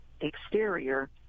exterior